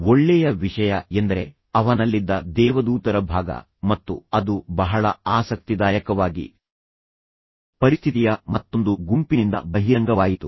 ಒಳ್ಳೆಯ ವಿಷಯ ಎಂದರೆ ಅವನಲ್ಲಿದ್ದ ದೇವದೂತರ ಭಾಗ ಮತ್ತು ಅದು ಬಹಳ ಆಸಕ್ತಿದಾಯಕವಾಗಿ ಪರಿಸ್ಥಿತಿಯ ಮತ್ತೊಂದು ಗುಂಪಿನಿಂದ ಬಹಿರಂಗವಾಯಿತು